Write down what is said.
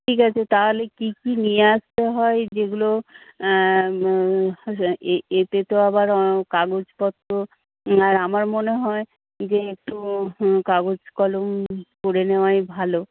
ঠিক আছে তাহলে কী কী নিয়ে আসতে হয় ওই যেগুলো এ এ এতে তো আবার কাগজ পত্র আর আমার মনে হয় যে একটু কাগজ কলম করে নেওয়াই ভালো